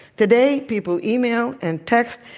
today, people email, and text,